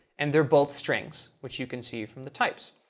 and they're both strings, which you can see from the types.